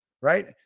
right